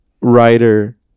writer